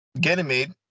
Ganymede